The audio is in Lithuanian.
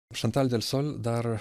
šantal delsol dar